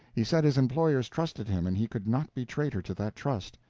he said his employers trusted him, and he could not be traitor to that trust.